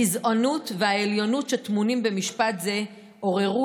הגזענות והעליונות שטמונות במשפט זה עוררו